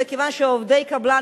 מכיוון שעובדי קבלן,